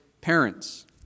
parents